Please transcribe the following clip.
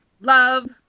love